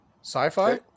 Sci-fi